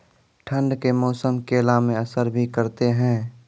ठंड के मौसम केला मैं असर भी करते हैं?